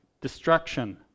destruction